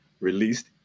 released